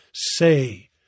say